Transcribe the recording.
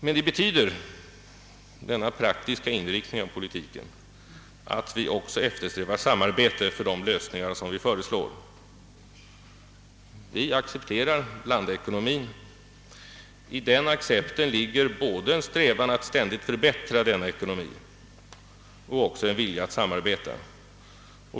Men denna praktiska inriktning av politiken betyder att vi också eftersträvar samarbete i fråga om de lösningar vi föreslår. Vi accepterar blandekonomin. I den accepten ligger både en strävan att ständigt förbättra denna ekonomi och en vilja att samarbeta.